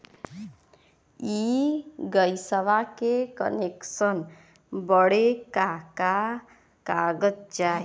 इ गइसवा के कनेक्सन बड़े का का कागज चाही?